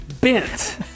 bent